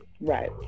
right